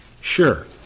Sure